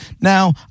Now